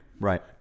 Right